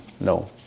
No